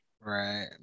right